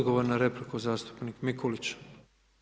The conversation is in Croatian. Odgovor na repliku, zastupnik Mikulić.